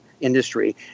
industry